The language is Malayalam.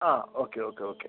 ആ ഓക്കെ ഓക്കെ ഓക്കെ